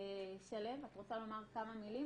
שלו, את רוצה לומר כמה מילים?